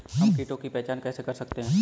हम कीटों की पहचान कैसे कर सकते हैं?